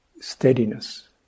Steadiness